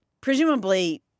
presumably